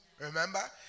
remember